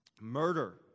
Murder